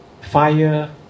fire